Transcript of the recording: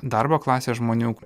darbo klasės žmonių